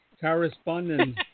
correspondent